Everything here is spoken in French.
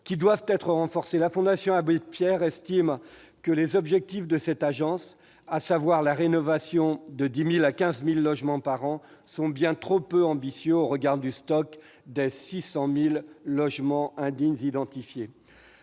La Fondation Abbé Pierre estime que les objectifs de cette agence, à savoir la rénovation de 10 000 à 15 000 logements par an, sont bien trop peu ambitieux au regard du stock des 600 000 logements indignes identifiés.